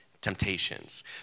temptations